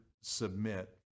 submit